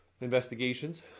investigations